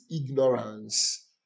ignorance